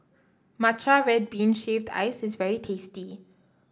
Matcha Red Bean Shaved Ice is very tasty